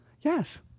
Yes